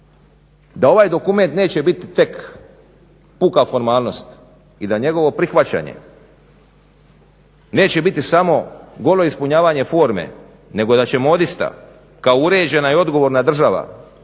da ovaj dokument neće biti tek puka formalnost i da njegovo prihvaćanje neće biti samo golo ispunjavanje forme nego da ćemo odista kao uređena i odgovorna država koja